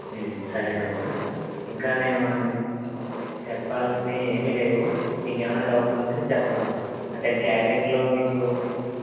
సరేనమ్మా ఇంక నేను చెప్పాల్సినవి ఏమి లేవు మీకు ఏమైనా డౌట్లు ఉంటే చెప్పండమ్మా అంటే క్యాటరింగ్లో మీకు